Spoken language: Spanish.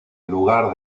lugar